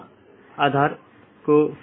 दो त्वरित अवधारणाऐ हैं एक है BGP एकत्रीकरण